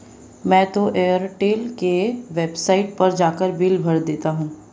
मैं तो एयरटेल के वेबसाइट पर जाकर बिल भर देता हूं